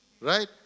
Right